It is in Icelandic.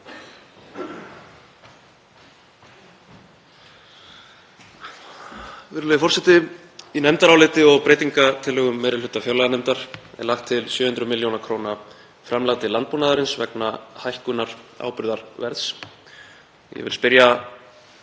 Virðulegi forseti. Í nefndaráliti og breytingartillögum meiri hluta fjárlaganefndar er lagt til 700 millj. kr. framlag til landbúnaðarins vegna hækkunar áburðarverðs. Ég vil spyrja